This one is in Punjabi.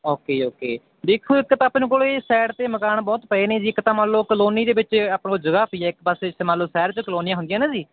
ਓਕੇ ਜੀ ਓਕੇ ਦੇਖੋ ਇੱਕ ਤਾਂ ਆਪਣੇ ਕੋਲ ਸਾਇਡ 'ਤੇ ਮਕਾਨ ਬਹੁਤ ਪਏ ਨੇ ਜੀ ਇੱਕ ਤਾਂ ਮੰਨ ਲਓ ਕਲੋਨੀ ਦੇ ਵਿੱਚ ਆਪਣੇ ਕੋਲ ਜਗ੍ਹਾ ਪਈ ਇੱਕ ਪਾਸੇ ਜਿੱਥੇ ਮੰਨ ਲਓ ਸ਼ਹਿਰ 'ਚ ਕਲੋਨੀਆਂ ਹੁੰਦੀਆਂ ਨਾ ਜੀ